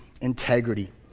integrity